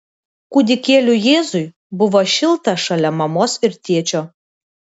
kūdikėliui jėzui buvo šilta šalia mamos ir tėčio